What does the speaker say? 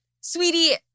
Sweetie